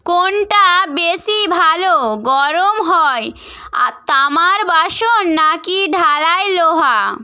কোনটা বেশি ভালো গরম হয় তামার বাসন না কি ঢালাই লোহা